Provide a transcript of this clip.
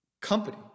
company